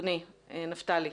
נפתלי.